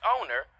owner